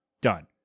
done